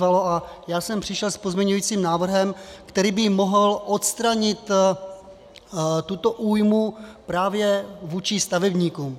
A já jsem přišel s pozměňujícím návrhem, který by mohl odstranit tuto újmu právě vůči stavebníkům.